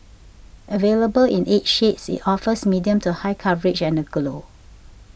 available in eight shades it offers medium to high coverage and a glow